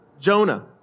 Jonah